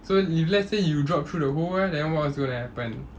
so if let's say you drop through the hole leh then what's gonna happen